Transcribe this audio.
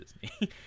Disney